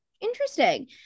Interesting